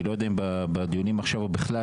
אני לא יודע אם בדיונים עכשיו או בכלל,